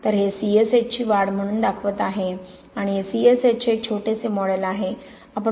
तर हे CSH ची वाढ म्हणून दाखवत आहे आणि हे CSH चे एक छोटेसे मॉडेल आहे